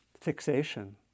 Fixation